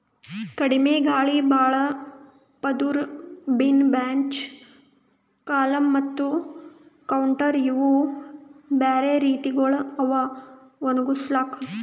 ಕಡಿಮಿ ಗಾಳಿ, ಭಾಳ ಪದುರ್, ಬಿನ್ ಬ್ಯಾಚ್, ಕಾಲಮ್ ಮತ್ತ ಕೌಂಟರ್ ಇವು ಬ್ಯಾರೆ ರೀತಿಗೊಳ್ ಅವಾ ಒಣುಗುಸ್ಲುಕ್